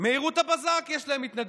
במהירות הבזק יש להם התנגדות,